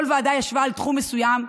כל ועדה ישבה על תחום מסוים.